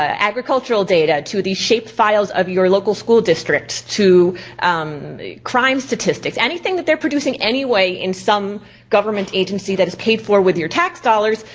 ah agricultural data to the shape files of your local school districts to crime statistics. anything that they're producing any way in some government agency that's paid for with your tax dollars,